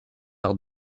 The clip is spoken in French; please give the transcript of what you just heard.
par